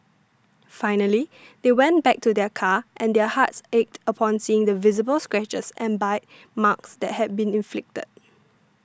finally they went back to their car and their hearts ached upon seeing the visible scratches and bite marks that had been inflicted